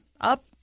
up